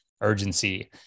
urgency